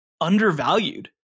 undervalued